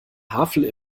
havel